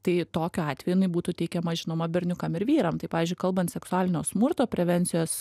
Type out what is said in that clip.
tai tokiu atveju jinai būtų teikiama žinoma berniukam ir vyram tai pavyzdžiui kalbant seksualinio smurto prevencijos